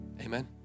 amen